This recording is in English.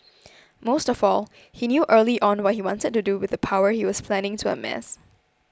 most of all he knew early on what he wanted to do with the power he was planning to amass